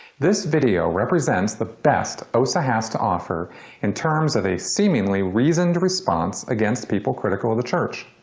this video represents the best osa has to offer in terms of a seemingly reasoned response against people critical of the church.